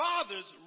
fathers